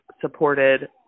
supported